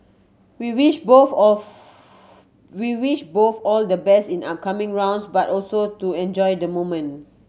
we wish both of we wish both all the best in the upcoming rounds but also to enjoy the moment